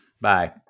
bye